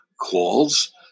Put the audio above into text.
calls